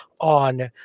on